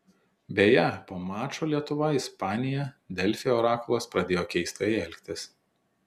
beje po mačo lietuva ispanija delfi orakulas pradėjo keistai elgtis